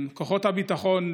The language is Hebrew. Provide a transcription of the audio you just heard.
כוחות הביטחון,